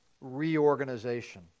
reorganization